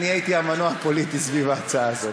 אני הייתי המנוע הפוליטי סביב ההצעה הזאת.